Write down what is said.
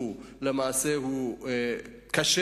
על מעשה שהוא קשה.